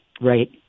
Right